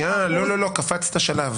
לא, לא, קפצת שלב.